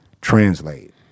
translate